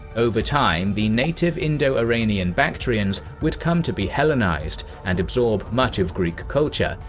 over time, the native indo-iranian bactrians would come to be hellenized, and absorb much of greek culture,